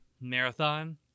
Marathon